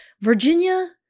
Virginia